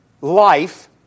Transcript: life